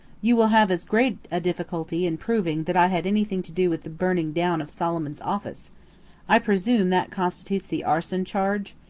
you will have as great a difficulty in proving that i had anything to do with the burning down of solomon's office i presume that constitutes the arson charge?